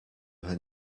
her